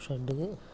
षट्